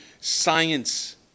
science